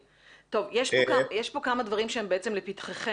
יש פה כמה דברים שהם בעצם לפתחכם.